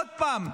עוד פעם,